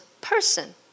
person